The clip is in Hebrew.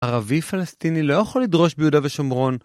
ערבי פלסטיני לא יכול לדרוש ביהודה ושומרון